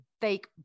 fake